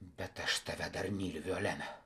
bet aš tave dar myliu violena